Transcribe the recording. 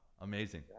Amazing